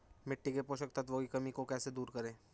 मिट्टी के पोषक तत्वों की कमी को कैसे दूर करें?